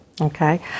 Okay